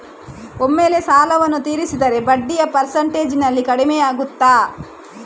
ಒಮ್ಮೆಲೇ ಸಾಲವನ್ನು ತೀರಿಸಿದರೆ ಬಡ್ಡಿಯ ಪರ್ಸೆಂಟೇಜ್ನಲ್ಲಿ ಕಡಿಮೆಯಾಗುತ್ತಾ?